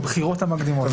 בבחירות המקדימות.